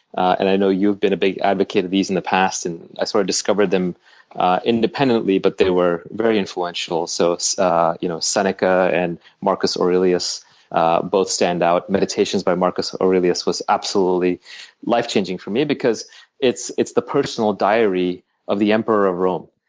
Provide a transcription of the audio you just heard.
and i know you've been a big advocate these in the past. and i sort of discovered them independently but they were very influential. so so you know seneca and marcus aurelius both stand out. meditations, by marcus aurelius was absolutely life changing for me because it's it's the personal diary of the emperor of rome.